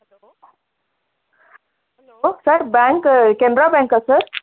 hello hello sir bank Canara bank sir